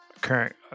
Current